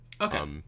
Okay